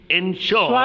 ensure